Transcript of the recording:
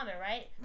right